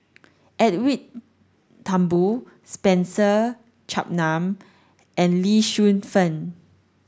Edwin Thumboo Spencer Chapman and Lee Shu Fen